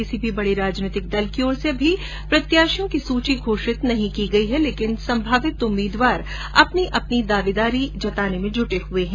किसी भी बड़े राजनैतिक दल की ओर से अभी प्रत्याशियों की सूची घोषित नहीं की गई है लेकिन संभावित उम्मीदवार अपनी अपनी दावेदारी जताने में जुटे हुए हैं